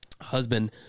husband